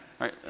right